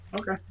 Okay